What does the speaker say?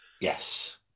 Yes